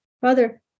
Father